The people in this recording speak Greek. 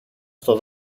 στο